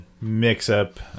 mix-up